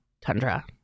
tundra